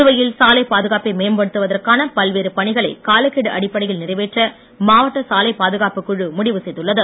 புதுவையில் சாலை பாதுகாப்பை மேம்படுத்தவதற்கான பல்வேறு பணிகளை காலக்கெடு அடிப்படையில் நிறைவேற்ற மாவட்ட சாலைப் பாதுகாப்புக் குழு முடிவு செய்துள்ளது